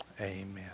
Amen